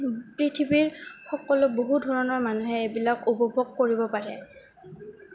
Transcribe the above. পৃথিৱীৰ সকলো বহু ধৰণৰ মানুহে এইবিলাক উপভোগ কৰিব পাৰে